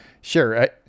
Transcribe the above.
sure